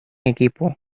equipo